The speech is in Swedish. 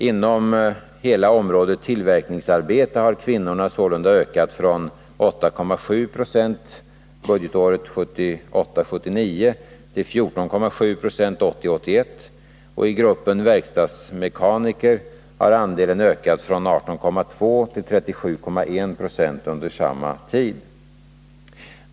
Inom hela området tillverkningsarbete har kvinnorna sålunda ökat från 8,7 26 budgetåret 1978 81. I gruppen verkstadsmekaniker har andelen ökat från 18,2 90 till 37,1 20 under samma tid.